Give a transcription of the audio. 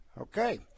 Okay